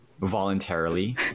voluntarily